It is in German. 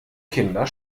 kinder